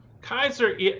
Kaiser –